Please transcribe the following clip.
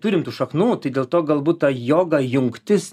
turim tų šaknų tai dėl to galbūt ta joga jungtis